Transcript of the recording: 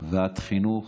וחינוך